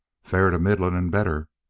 fair to middlin' and better.